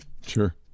Sure